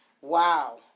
Wow